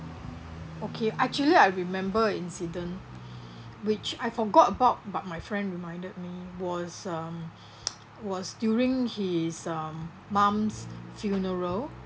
okay actually I remember incident which I forgot about but my friend reminded me was um was during his um mum's funeral